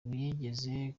wigeze